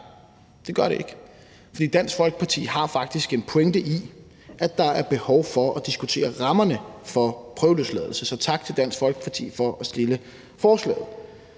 det gør det ikke. For Dansk Folkeparti har faktisk en pointe i, at der er behov for at diskutere rammerne for prøveløsladelse, så tak til Dansk Folkeparti for at fremsætte forslaget.